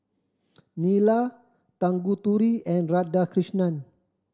Neila Tanguturi and Radhakrishnan